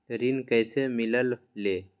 ऋण कईसे मिलल ले?